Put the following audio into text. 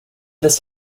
this